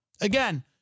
again